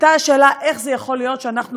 הייתה השאלה איך זה יכול להיות שאנחנו